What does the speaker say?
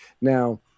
Now